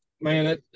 man